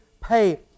pay